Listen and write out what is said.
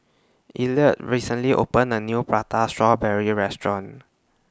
Elliott recently opened A New Prata Strawberry Restaurant